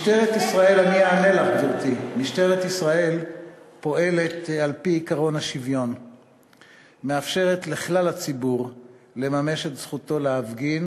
דיברתי על ארבע הפגנות, זה מה שאני אומרת.